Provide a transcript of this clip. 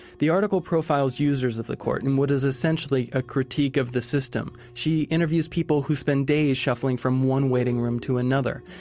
the article profiles users of the court, in what is essentially a critique of the system. she interviews people who spend days shuffling from one waiting room to another.